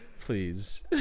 Please